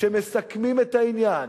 שמסכמים את העניין.